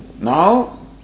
Now